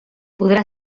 podrà